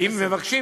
אם מבקשים,